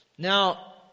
Now